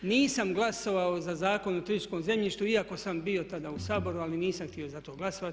Nisam glasovao za Zakon o turističkom zemljištu iako sam bio tada u Saboru ali nisam htio za to glasovati.